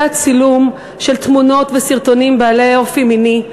הצילום של תמונות וסרטונים בעלי אופי מיני.